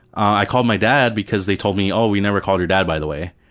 i called my dad because they told me oh, we never called your dad by the way.